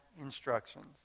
instructions